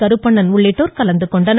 கருப்பணன் உள்ளிட்டோர் கலந்து கொண்டனர்